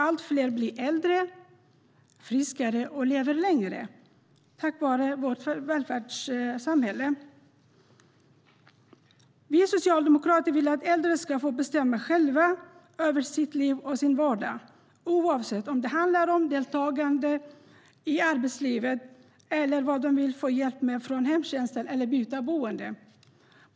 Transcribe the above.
Allt fler blir äldre, är friskare och lever längre tack vare vårt välfärdssamhälle. Vi socialdemokrater vill att äldre själva ska få bestämma över sina liv och sin vardag, oavsett om det handlar om deltagande i arbetslivet eller vad de vill få hjälp med från hemtjänsten eller om de vill byta boendeform.